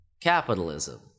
capitalism